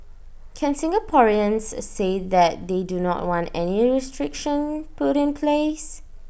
can Singaporeans say that they do not want any restriction put in place